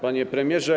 Panie Premierze!